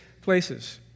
places